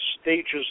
stages